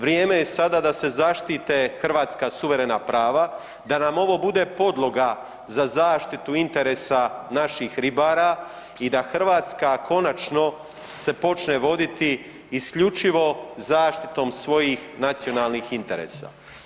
Vrijeme je sada da se zaštite hrvatska suverena prava, da nam ovo bude podloga za zaštitu interesa naših ribara i da Hrvatska konačno se počne voditi isključivo zaštitom svojih nacionalnih interesa.